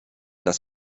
das